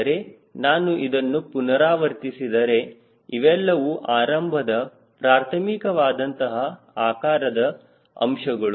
ಆದರೆ ನಾನು ಇದನ್ನು ಪುನರಾವರ್ತಿಸಿದರೆ ಇವೆಲ್ಲವೂ ಆರಂಭದ ಪ್ರಾರ್ಥಮಿಕವಾದಂತಹ ಆಕಾರದ ಅಂಶಗಳು